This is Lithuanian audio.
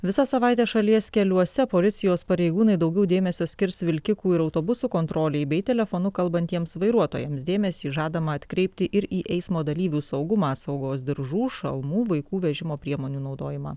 visą savaitę šalies keliuose policijos pareigūnai daugiau dėmesio skirs vilkikų ir autobusų kontrolei bei telefonu kalbantiems vairuotojams dėmesį žadama atkreipti ir į eismo dalyvių saugumą saugos diržų šalmų vaikų vežimo priemonių naudojimą